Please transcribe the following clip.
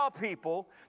people